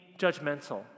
judgmental